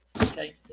okay